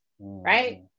right